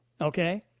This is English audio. okay